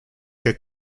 que